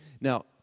Now